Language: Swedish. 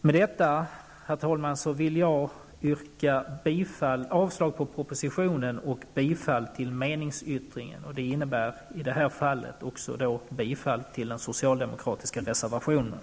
Med detta, herr talman, yrkar jag avslag på propositionen och bifall till den aktuella meningsyttringen. Det innebär att jag yrkar bifall också till den socialdemokratiska reservationen.